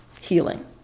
healing